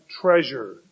treasure